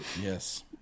Yes